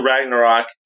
Ragnarok